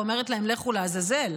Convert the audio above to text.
ואומרת להם לכו לעזאזל,